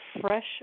Fresh